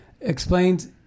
explains